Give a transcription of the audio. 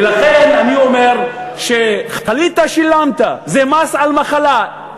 ולכן אני אומר שחלית, שילמת, זה מס על מחלה.